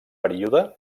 període